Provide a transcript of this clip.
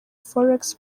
forex